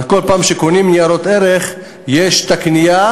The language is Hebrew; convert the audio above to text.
כל פעם שקונים ניירות ערך יש את הקנייה,